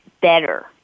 better